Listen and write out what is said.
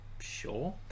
sure